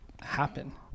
happen